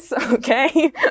Okay